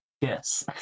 yes